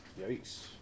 Yikes